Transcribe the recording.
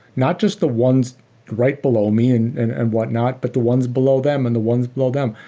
not just the ones right below me and and and whatnot, but the ones below them and the ones below them.